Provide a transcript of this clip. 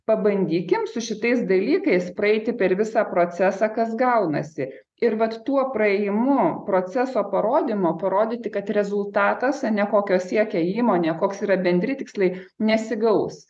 pabandykim su šitais dalykais praeiti per visą procesą kas gaunasi ir vat tuo praėjimu proceso parodymu parodyti kad rezultatas ar ne kokio siekia įmonė koks yra bendri tikslai nesigaus